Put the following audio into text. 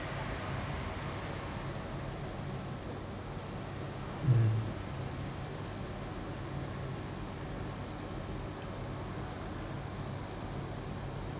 mm